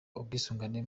ubwisungane